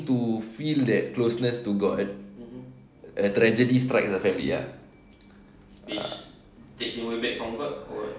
to feel that closeness to god a tragedy strikes a family ya